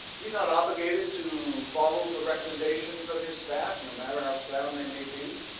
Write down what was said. he is not obligated to follow the recommendations of his staff, no matter how sound they may be.